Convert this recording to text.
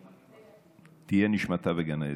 שתהיה נשמתה בגן עדן.